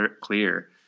clear